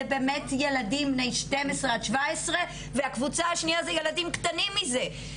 זה באמת ילדים בני 12 17 והקבוצה השנייה זה ילדים קטנים מזה,